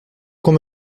qu’on